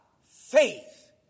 faith